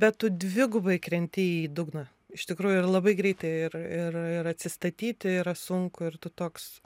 bet tu dvigubai krenti į dugną iš tikrųjų ir labai greitai ir ir ir atsistatyti yra sunku ir tu toks